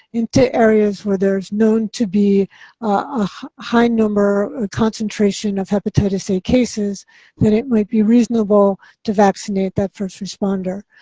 into areas where there's known to be high number, concentration of hepatitis a cases then it might be reasonable to vaccinate that first responder.